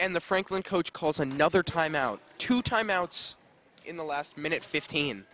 and the franklin coach calls another timeout two timeouts in the last minute fifteen